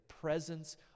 presence